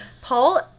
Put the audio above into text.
Paul